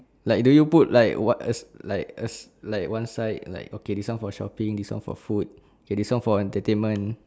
like do you put like what else like us like one side like okay this one for shopping this one for food okay this one for entertainment